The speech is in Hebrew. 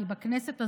כי בכנסת הזו,